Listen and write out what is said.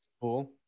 Cool